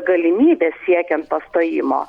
galimybės siekiant pastojimo